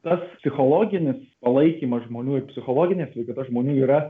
tas psichologinis palaikymas žmonių ir psichologinė sveikata žmonių yra